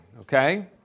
okay